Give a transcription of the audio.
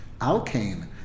Alkane